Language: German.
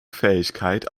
fähigkeit